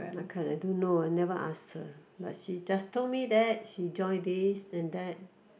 I can't I don't know I never ask her but she just told me that she join this and that